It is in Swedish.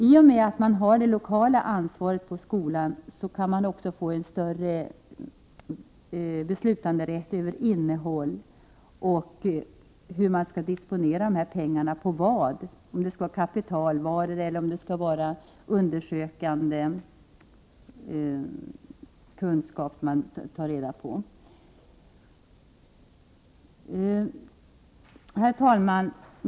I och med att det lokala ansvaret finns på skolan, kan man också få en större beslutanderätt över innehåll och hur och på vad pengarna skall disponeras — till kapitalvaror eller till undersökande kunskaper, som eleverna själva tar reda på. Herr talman!